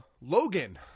Logan